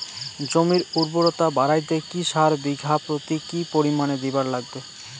জমির উর্বরতা বাড়াইতে কি সার বিঘা প্রতি কি পরিমাণে দিবার লাগবে?